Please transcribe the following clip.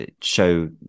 show